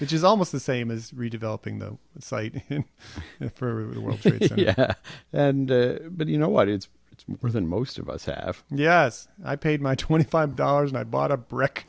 which is almost the same as redeveloping the site for the world and you know what it's it's more than most of us have yes i paid my twenty five dollars and i bought a brick